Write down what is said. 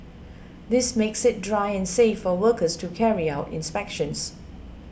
this makes it dry and safe for workers to carry out inspections